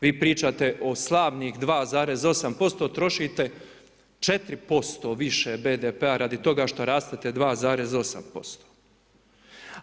Vi pričate o slavnih 2,8%, trošite 4% više BDP-a radi toga što rastete 2,8%